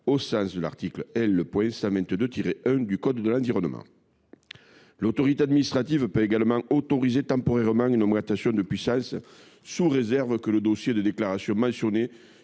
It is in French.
au sens de l’article L. 122 1 du code de l’environnement. Par ailleurs, l’autorité administrative peut autoriser temporairement une augmentation de puissance, sous réserve que le dossier de déclaration déjà mentionné